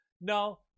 No